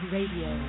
Radio